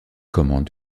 commande